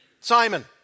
Simon